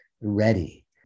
ready